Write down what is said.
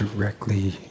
Directly